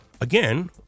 again